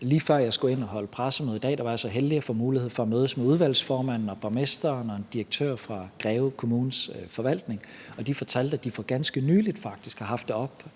Lige før jeg skulle ind at holde pressemøde i dag, var jeg så heldig at få mulighed for at mødes med udvalgsformanden, borgmesteren og en direktør fra Greve Kommunes forvaltning, og de fortalte, at de faktisk lokalpolitisk i Greve for